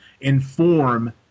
inform